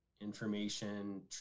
information